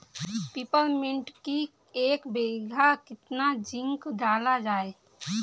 Peppermint की एक बीघा कितना जिंक डाला जाए?